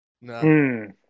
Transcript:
No